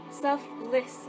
selfless